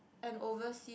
an overseas